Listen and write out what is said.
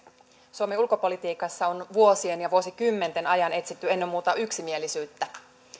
suomen ulkopolitiikassa on vuosien ja vuosikymmenten ajan etsitty ennen muuta yksimielisyyttä